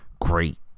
great